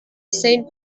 saint